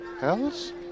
else